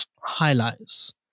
highlights